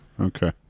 Okay